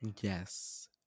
Yes